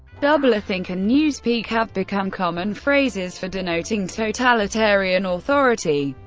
doublethink and newspeak have become common phrases for denoting totalitarian authority.